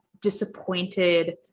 disappointed